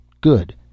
Good